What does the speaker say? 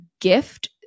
gift